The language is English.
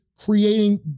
creating